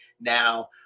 now